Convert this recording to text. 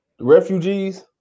refugees